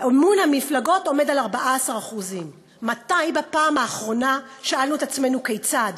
האמון במפלגות עומד על 14%. מתי בפעם האחרונה שאלנו את עצמנו כיצד?